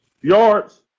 yards